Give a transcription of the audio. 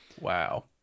wow